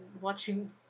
watching